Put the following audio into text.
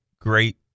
great